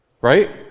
Right